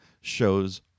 shows